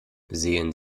sehen